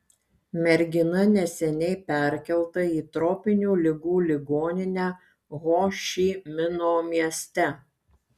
mergina neseniai perkelta į tropinių ligų ligoninę ho ši mino mieste